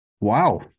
Wow